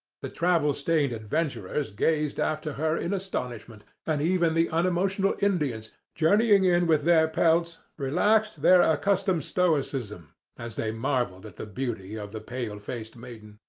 the travel-stained adventurers gazed after her in astonishment, and even the unemotional indians, journeying in with their pelties, relaxed their accustomed stoicism as they marvelled at the beauty of the pale-faced maiden.